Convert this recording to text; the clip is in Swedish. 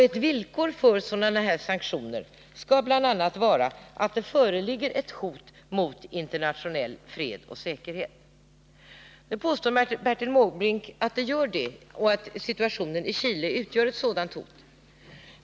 Ett villkor för sådana här sanktioner skall bl.a. vara att det föreligger ett hot mot internationell fred och säkerhet. Nu påstår Bertil Måbrink att så är fallet, och att situationen i Chile utgör ett sådant hot.